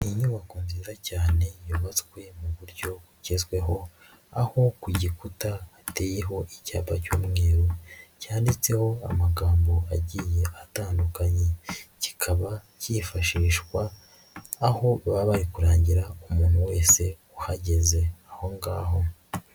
Ni inyubako nziza cyane yubatswe mu buryo bugezweho, aho ku gikuta hateyeho icyapa cy'umweru cyanditseho amagambo agiye atandukanye, kikaba kifashishwa aho baba bari kurangira umuntu wese ugeze aho ngaho.